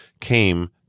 came